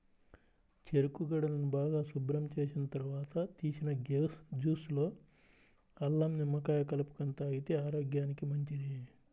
చెరుకు గడలను బాగా శుభ్రం చేసిన తర్వాత తీసిన జ్యూస్ లో అల్లం, నిమ్మకాయ కలుపుకొని తాగితే ఆరోగ్యానికి మంచిది